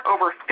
over